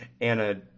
anna